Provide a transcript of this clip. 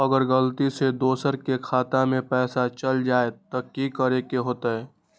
अगर गलती से दोसर के खाता में पैसा चल जताय त की करे के होतय?